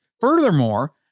Furthermore